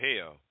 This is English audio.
hell